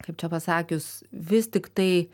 kaip čia pasakius vis tiktai